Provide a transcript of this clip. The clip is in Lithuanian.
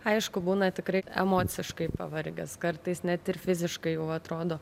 aišku būna tikrai emociškai pavargęs kartais net ir fiziškai jau atrodo